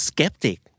Skeptic